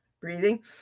Breathing